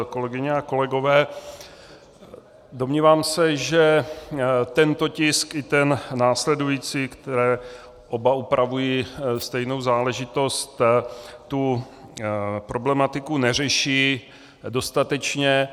Kolegyně a kolegové, domnívám se, že tento tisk i ten následující oba upravují stejnou záležitost problematiku neřeší dostatečně.